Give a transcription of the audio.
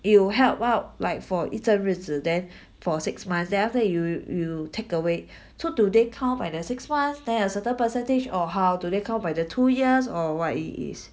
it'll help out like for 一段日子 then for six months after that you you takeaway so do they count by the six months then a certain percentage or how do they count by the two years or what it is